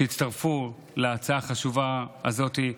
שהצטרפו להצעה החשובה הזאת.